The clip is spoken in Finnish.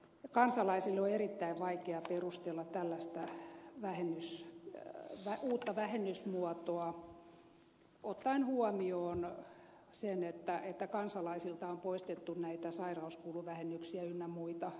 kansalaisille on erittäin vaikea perustella tällaista uutta vähennysmuotoa ottaen huomioon sen että kansalaisilta on poistettu sairauskuluvähennyksiä ynnä muuta